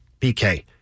BK